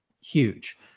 huge